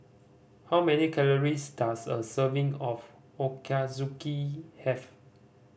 how many calories does a serving of Ochazuke have